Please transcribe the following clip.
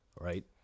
right